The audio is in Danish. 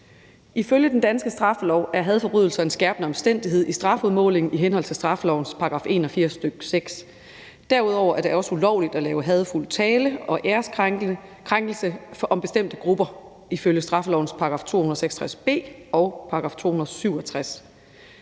Ifølge den danske straffelov er hadforbrydelser en skærpende omstændighed i strafudmålingen i henhold til straffelovens § 81, stk. 6. Derudover er det også ulovligt at komme med hadefuld tale og æreskrænkelser mod bestemte grupper ifølge straffelovens § 266 b og § 267.